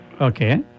Okay